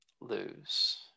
lose